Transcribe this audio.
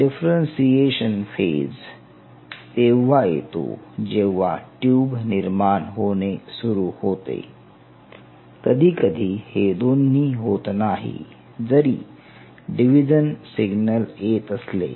differentiation phase तेव्हा येतो जेव्हा ट्यूब निर्माण होणे सुरू होते कधीकधी हे दोन्ही होत नाही जरी डिव्हिजन सिग्नल येत असले